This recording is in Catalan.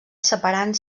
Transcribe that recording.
separant